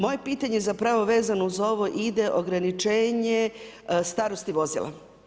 Moje pitanje, zapravo vezano uz ovo, ide ograničenje starosti vozila.